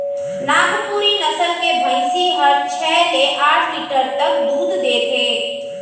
नागपुरी नसल के भईंसी हर छै ले आठ लीटर तक दूद देथे